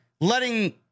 letting